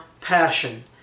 passion